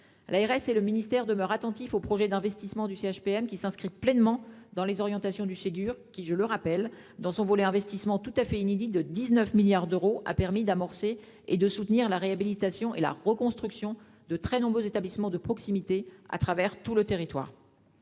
L'ARS et le ministère demeurent attentifs au projet d'investissement du CHPM. Celui-ci s'inscrit pleinement dans les orientations du Ségur de la santé qui, je le rappelle, dans son volet investissement tout à fait inédit de 19 milliards d'euros, a permis d'engager et de soutenir la réhabilitation et la reconstruction de très nombreux établissements de proximité à travers le territoire.